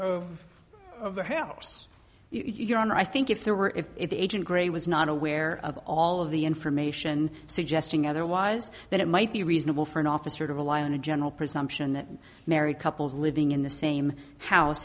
areas of the house you're on i think if there were if it agent grey was not aware of all of the information suggesting otherwise that it might be reasonable for an officer to rely on a general presumption that married couples living in the same house